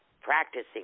practicing